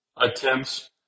attempts